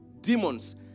demons